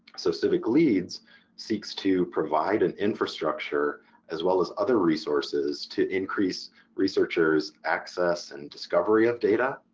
so civicleads seeks to provide an infrastructure as well as other resources to increase researchers access and discovery of data,